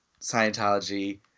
Scientology